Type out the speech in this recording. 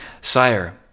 sire